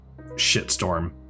shitstorm